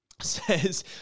Says